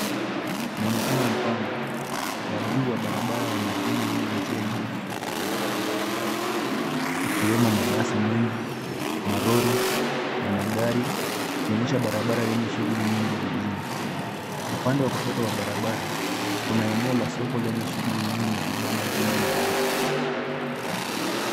Mwonekano mpana wa juu wa barabara ya mijini yenye njia nyingi iliyojaa magari mbalimbali. Ikiwemo mabasi mengi, malori na magari. Ikionyesha barabara yenye shughuli nyingi jijini. Upande wa kushoto wa barabara, kuna eneo la soko lenye shughuli nyingi na vibanda vingi na watu.